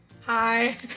Hi